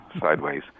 sideways